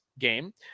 Game